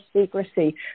secrecy